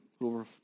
over